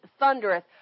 thundereth